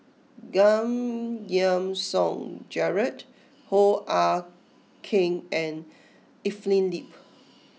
Giam Yean Song Gerald Hoo Ah Kay and Evelyn Lip